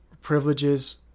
privileges